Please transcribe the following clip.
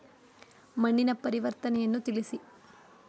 ಮಣ್ಣಿನ ಪರಿವರ್ತನೆಯನ್ನು ತಿಳಿಸಿ?